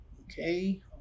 Okay